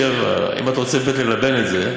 אם אתה רוצה לתת לי ללבן את זה,